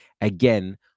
again